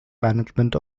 management